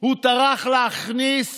הוא טרח להכניס